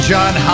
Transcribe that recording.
John